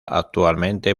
actualmente